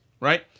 right